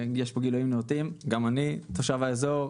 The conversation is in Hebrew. יש פה גילויים נאותים: גם אני תושב האזור,